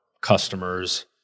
customers